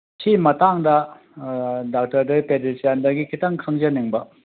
ꯁꯤ ꯃꯇꯥꯡꯗ ꯗꯥꯛꯇꯔꯗꯒꯤ ꯄꯦꯗ꯭ꯔꯤꯁꯤꯌꯥꯟꯗꯒꯤ ꯈꯤꯇꯪ ꯈꯪꯖꯅꯤꯡꯕ